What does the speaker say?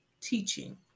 teaching